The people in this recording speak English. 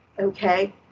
Okay